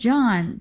John